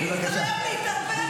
שאלו אותה,